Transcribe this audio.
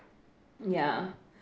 ya